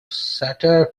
satire